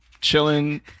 chilling